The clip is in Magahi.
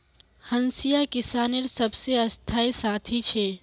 हंसिया किसानेर सबसे स्थाई साथी छे